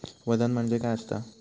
वजन म्हणजे काय असता?